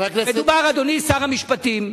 טוב, חבר הכנסת, אדוני שר המשפטים,